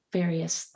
various